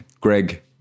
Greg